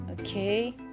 okay